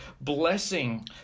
blessing